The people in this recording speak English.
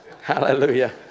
Hallelujah